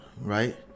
right